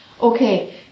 Okay